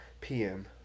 PM